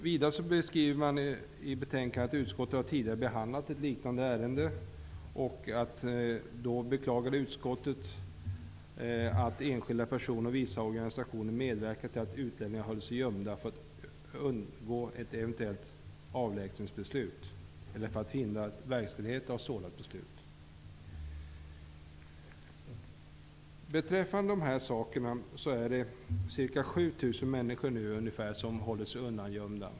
Vidare skriver man i betänkandet att utskottet tidigare har behandlat ett liknande ärende och att utskottet då beklagade att enskilda personer och vissa organisationer medverkade till att utlänningar höll sig gömda för att undgå ett eventuellt avlägsnandebeslut eller för att hindra verkställighet av ett sådant beslut. Det är nu ca 7 000 människor som håller sig undangömda.